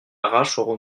auront